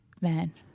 man